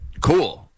cool